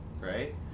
right